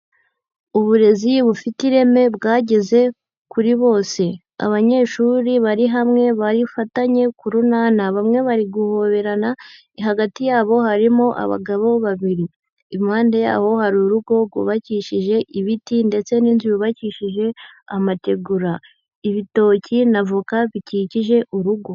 Uburezi bufite ireme bwageze kuri bose, abanyeshuri bari hamwe bari fatanye k'urunana bamwe bari guhoberana hagati yabo harimo abagabo babiri. Impande yabo hari urugo rwubakishije ibiti ndetse n'inzu yubakishije amategura. Ibitoki na voka bikikije urugo.